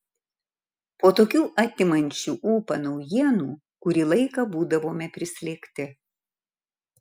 po tokių atimančių ūpą naujienų kurį laiką būdavome prislėgti